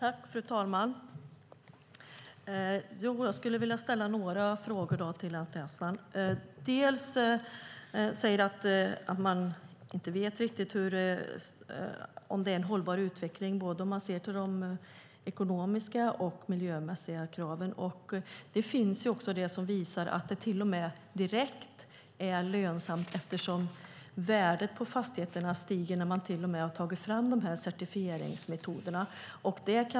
Fru talman! Jag skulle vilja ställa några frågor till Anti Avsan. Han säger att man inte riktigt vet om det är en hållbar utveckling om man ser till både de ekonomiska och de miljömässiga kraven. Det finns till och med det som visar att det direkt är lönsamt eftersom värdet på fastigheterna har stigit när man har tagit fram dessa certifieringsmetoder.